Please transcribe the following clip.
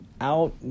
out